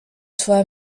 toi